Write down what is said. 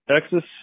Texas